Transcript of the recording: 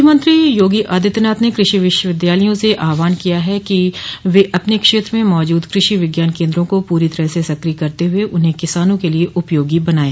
मुख्यमंत्री योगी आदित्यनाथ ने कृषि विश्वविद्यालयों का आहवान किया है कि वे अपने क्षेत्र में मौजूद कृषि विज्ञान केन्द्रों को पूरी तरह से सक्रिय करते हुए उन्हें किसानों के लिए उपयोगी बनाये